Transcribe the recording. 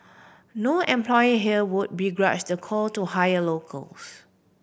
no employer here would begrudge the call to hire locals